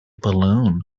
balloon